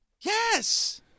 Yes